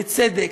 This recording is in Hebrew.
לצדק,